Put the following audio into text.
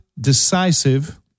decisive